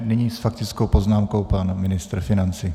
Nyní s faktickou poznámkou pan ministr financí.